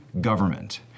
government